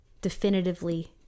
Definitively